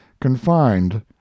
confined